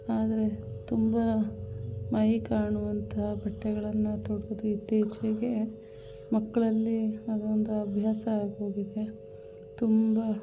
ಆದರೆ ತುಂಬ ಮೈ ಕಾಣುವಂಥ ಬಟ್ಟೆಗಳನ್ನು ತೊಡುವುದು ಇತ್ತೀಚೆಗೆ ಮಕ್ಕಳಲ್ಲಿ ಅದೊಂದು ಅಭ್ಯಾಸವಾಗಿ ಹೋಗಿದೆ ತುಂಬ